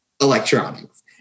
electronics